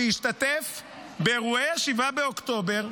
שהשתתף באירועי 7 באוקטובר,